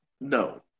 no